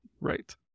Right